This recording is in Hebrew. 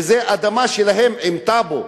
שזו אדמה שלהם עם טאבו.